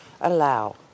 allow